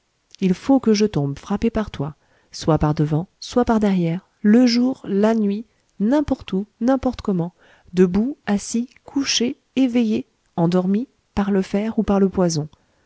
il faut que je tombé frappé par toi soit par-devant soit par-derrière le jour la nuit n'importe où n'importe comment debout assis couché éveillé endormi par le fer ou par le poison